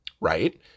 right